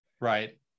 Right